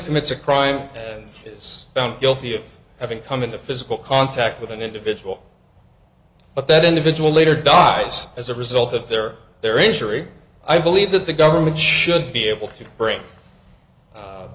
commits a crime and is found guilty of having come into physical contact with an individual but that individual later died as a result of their their injury i believe that the government should be able to bring